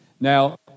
Now